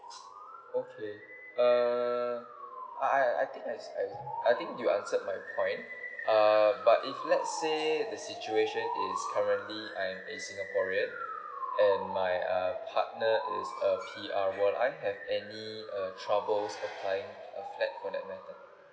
okay err I I I think I I I think you answered my point err but if let's say the situation is currently I'm a singaporean and my uh partner is a P_R will I have any uh troubles applying a flat for that matter